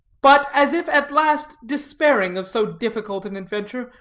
but, as if at last despairing of so difficult an adventure,